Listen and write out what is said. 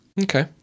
Okay